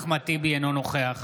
אינו נוכח